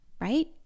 right